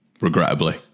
Regrettably